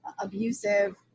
abusive